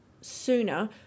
sooner